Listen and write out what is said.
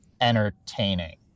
entertaining